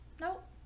nope